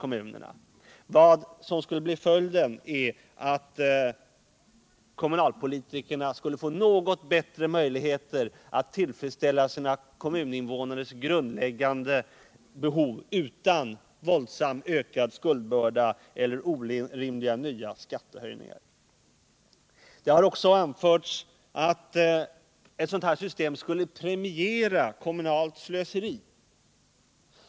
Följden skulle i stället bli att kommunalpolitikerna skulle få något bättre möjligheter att tillfredsställa sina kommuninvånares grundläggande behov utan våldsamt ökad skuldbörda eller orimliga nya skattehöjningar. Det har vidare anförts att ett sådant här system skulle premiera kommunalt slöseri.